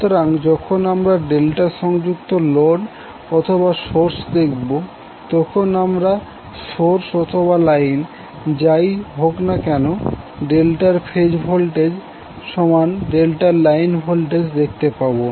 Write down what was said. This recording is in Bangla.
সুতরাং যখন আমরা ডেল্টা সংযুক্ত লোড অথবা সোর্স দেখবো তখন আমরা সোর্স অথবা লাইন যাইহোক না কেন ডেল্টার ফেজ ভোল্টেজ সমান ডেল্টার লাইন ভোল্টেজ দেখতে পাবো